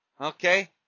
okay